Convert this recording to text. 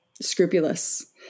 scrupulous